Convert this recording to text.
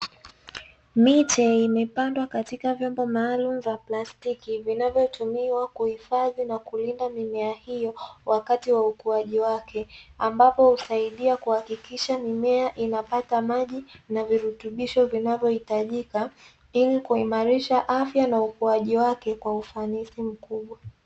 Miche imepandwa katika vyombo maalumu vya plastiki vinavyotumiwa kuhifadhi na kulinda mimea hiyo wakati wa ukuaji wake. Ambapo husaidia kuhakikisha mimea inapata maji na virutubisho vinavyohitajika, ili kuimarisha afya na ukuaji wake kwa ufanisi mkubwa.